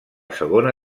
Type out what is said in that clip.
segona